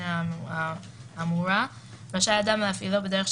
לעניין הזה אני מציף את השאלה האם זה הגיוני